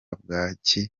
bwaki